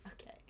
okay